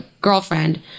girlfriend